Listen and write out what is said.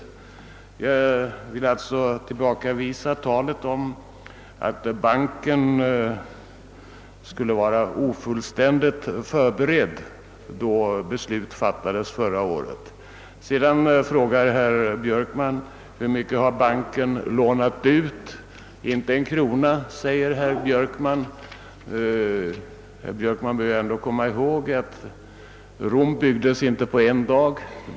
Jag vill alltså tillbakavisa talet om att banken skulle vara ofullständigt förberedd då beslutet fattades förra året. | Sedan talade herr Björkman om hur mycket banken hade lånat ut. Inte en krona, säger herr Björkman. Herr Björkman bör ändå komma ihåg att Rom inte byggdes på en dag.